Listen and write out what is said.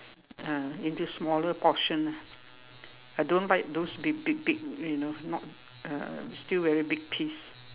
ah into smaller portions ah I don't like those big big big you know not uh still very big piece